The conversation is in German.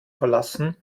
verlassen